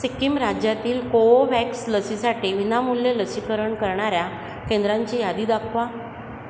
सिक्कीम राज्यातील कोवोवॅक्स लसीसाठी विनामूल्य लसीकरण करणाऱ्या केंद्रांची यादी दाखवा